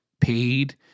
paid